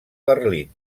berlín